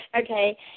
Okay